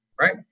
right